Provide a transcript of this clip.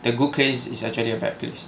the good place is actually a bad place